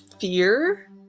fear